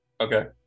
Okay